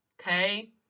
Okay